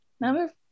Number